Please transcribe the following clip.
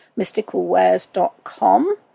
mysticalwares.com